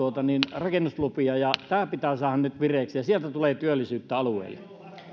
rakennuslupia ja tämä pitää saada nyt vireäksi sieltä tulee työllisyyttä alueille